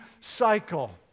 cycle